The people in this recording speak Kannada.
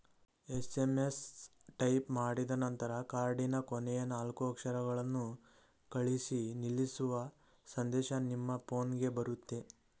ಎಸ್.ಎಂ.ಎಸ್ ಟೈಪ್ ಮಾಡಿದನಂತರ ಕಾರ್ಡಿನ ಕೊನೆಯ ನಾಲ್ಕು ಅಕ್ಷರಗಳನ್ನು ಕಳಿಸಿ ನಿಲ್ಲಿಸುವ ಸಂದೇಶ ನಿಮ್ಮ ಫೋನ್ಗೆ ಬರುತ್ತೆ